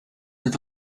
mit